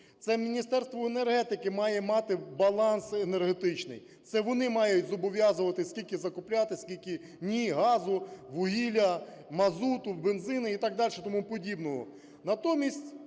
Це Міністерство енергетики має мати баланс енергетичний, це вони мають зобов'язувати, скільки закупляти, скільки – ні газу, вугілля, мазуту, бензину і т.д. і т.п.